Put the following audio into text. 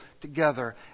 together